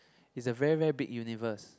is a very very big universe